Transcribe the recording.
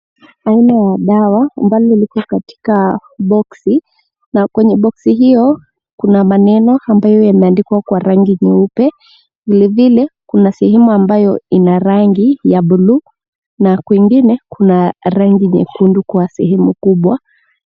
Aina ya dawa ambalo liko katika boksi, na kwenye boksi hio kuna maneno ambayo yameandikwa kwa rangi nyeupe. Vile vile, kuna sehemu ambayo ina rangi ya buluu, na kwengine kuna rangi nyekundu kwa sehemu kubwa.